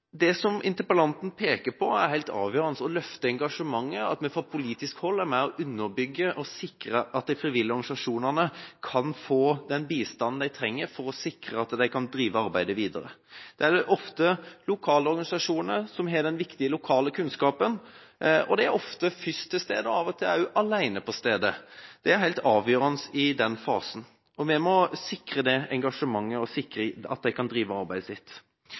og sikrer at de frivillige organisasjonene kan få den bistanden de trenger for å kunne drive arbeidet videre. Det er ofte lokale organisasjoner som har den viktige lokale kunnskapen. De er ofte først på stedet – av og til også alene på stedet. Det er helt avgjørende i den fasen. Vi må sikre dette engasjementet og at de kan drive arbeidet sitt.